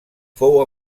fou